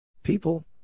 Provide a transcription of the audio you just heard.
People